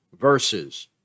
verses